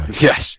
yes